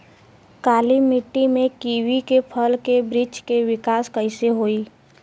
काली मिट्टी में कीवी के फल के बृछ के विकास कइसे होई?